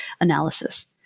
analysis